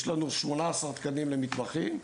יש לנו 18 תקנים למתחמים.